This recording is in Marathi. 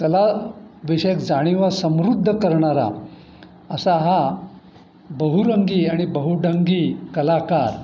कला विषयक जाणीवा समृद्ध करणारा असा हा बहुरंगी आणि बहुढंगी कलाकार